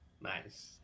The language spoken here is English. Nice